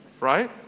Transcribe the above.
right